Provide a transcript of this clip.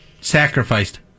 sacrificed